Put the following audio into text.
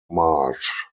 march